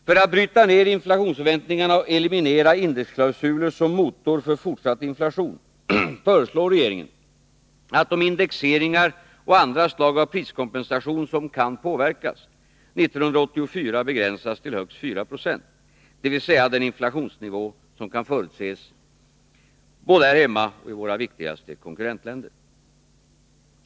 För att bryta ner inflationsförväntningarna och eliminera indexklausuler som motor för fortsatt inflation föreslår regeringen att de indexeringar och andra slag av priskompensation som kan påverkas, år 1984 begränsas till högst 4 20 — dvs. den inflationsnivå som kan förutses både här hemma och i våra viktigaste konkurrentländer.